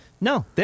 No